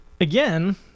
again